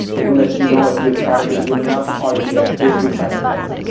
it will let you know if your product is good enough or it's the physical side of things.